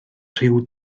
rhyw